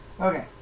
Okay